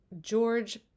George